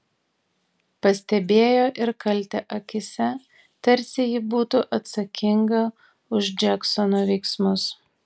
pastebėjo ir kaltę akyse tarsi ji būtų atsakinga už džeksono veiksmus